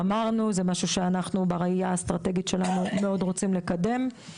אמרנו שזה משהו שאנחנו בראייה האסטרטגית שלנו מאוד רוצים לקדם.